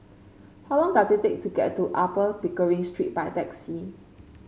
how long does it take to get to Upper Pickering Street by taxi